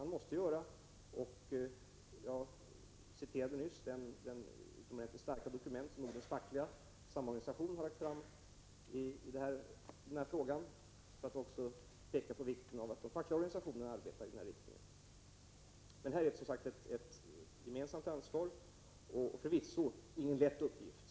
För att peka på vikten av att också de fackliga organisationerna arbetar i denna riktning citerade jag nyss det utomordentligt starka dokument som Nordens fackliga samorganisation har lagt fram i frågan. Vi har alltså ett gemensamt ansvar och förvisso ingen lätt uppgift.